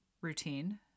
routine